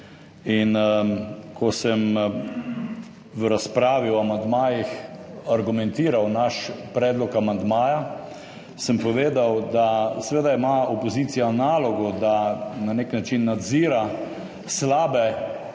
in ko sem v razpravi o amandmajih argumentiral naš predlog amandmaja, sem povedal, da ima seveda opozicija nalogo, da na nek način nadzira slabe